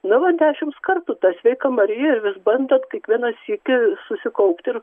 nu va dešimts kartų tą sveika marija ir vis bandant kiekvieną sykį susikaupti ir